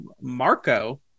Marco